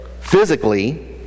physically